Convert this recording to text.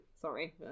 sorry